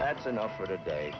that's enough for the day